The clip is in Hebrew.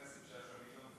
שהסוגיה הזאת